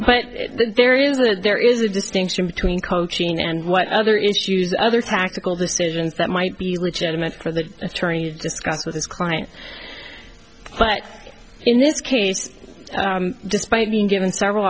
but there is that there is a distinction between coaching and what other issues other tactical decisions that might be legitimate for the attorney discuss with his client but in this case despite being given several